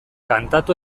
kantatu